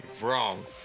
Wrong